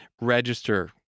Register